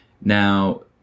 Now